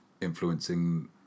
influencing